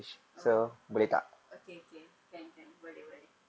oh okay okay can can boleh boleh